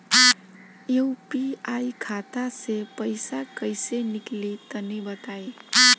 UPI खाता से पइसा कइसे निकली तनि बताई?